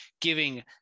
giving